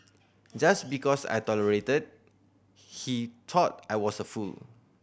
just because I tolerated he thought I was a fool